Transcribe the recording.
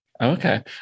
Okay